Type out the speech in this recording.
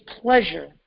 pleasure